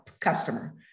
customer